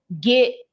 get